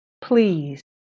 please